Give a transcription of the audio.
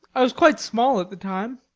i was quite small at the time.